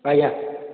ଆଜ୍ଞା